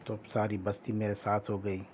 تو ساری بستی میرے ساتھ ہو گئی